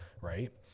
right